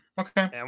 okay